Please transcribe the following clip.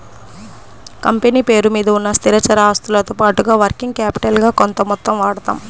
company పేరు మీద ఉన్న స్థిరచర ఆస్తులతో పాటుగా వర్కింగ్ క్యాపిటల్ గా కొంత మొత్తం వాడతాం